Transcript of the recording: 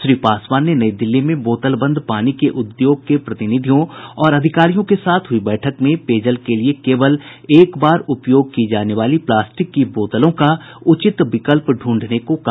श्री पासवान ने नई दिल्ली में बोतल बंद पानी उद्योग के प्रतिनिधियों और अधिकारियों के साथ हुई बैठक में पेयजल के लिए केवल एक बार उपयोग की जाने वाली पानी की प्लास्टिक की बोतलों का उचित विकल्प ढूंढने को कहा